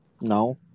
No